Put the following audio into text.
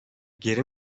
geri